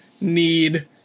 need